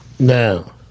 Now